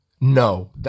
No